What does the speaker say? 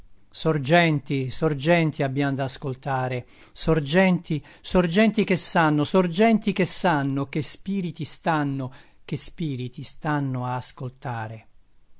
sorgenti sorgenti abbiam da ascoltare sorgenti sorgenti che sanno sorgenti che sanno che spiriti stanno che spiriti stanno a ascoltare